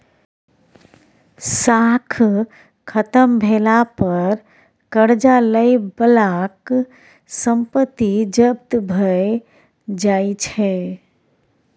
साख खत्म भेला पर करजा लए बलाक संपत्ति जब्त भए जाइ छै